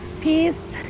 peace